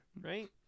right